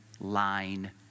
line